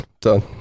Done